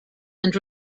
and